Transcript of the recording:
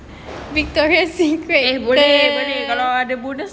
boleh boleh kalau ada bonus